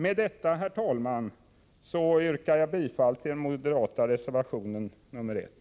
Med detta, herr talman, yrkar jag bifall till den moderata reservationen, nr 1.